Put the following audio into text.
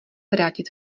vrátit